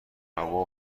هوا